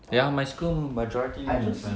ya my school majority